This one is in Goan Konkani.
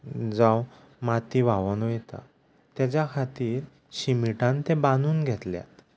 जावं माती व्हांवून वयता ताज्या खातीर शिमिटान ते बानून घेतल्यात